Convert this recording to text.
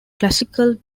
classical